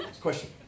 Question